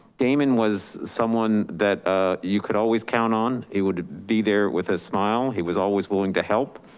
damon was someone that ah you could always count on. he would be there with his smile. he was always willing to help.